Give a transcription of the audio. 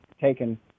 taken